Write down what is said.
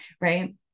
right